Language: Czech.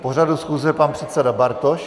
K pořadu schůze pan předseda Bartoš.